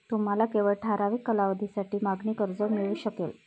तुम्हाला केवळ ठराविक कालावधीसाठी मागणी कर्ज मिळू शकेल